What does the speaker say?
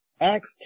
Acts